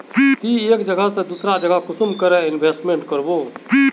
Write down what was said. ती एक जगह से दूसरा जगह कुंसम करे इन्वेस्टमेंट करबो?